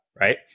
right